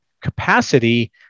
capacity